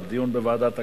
דיון בוועדת הכלכלה?